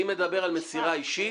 אני מדבר על מסירה אישית,